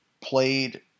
played